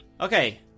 Okay